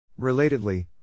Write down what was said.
Relatedly